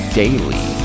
daily